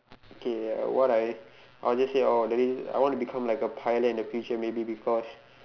okay what I I'll just say orh daddy I want to become like a pilot in the future maybe because